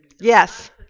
yes